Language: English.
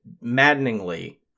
maddeningly